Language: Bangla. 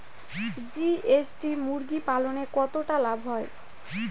জি.এস.টি মুরগি পালনে কতটা লাভ হয়?